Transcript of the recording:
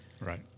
Right